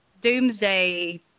doomsday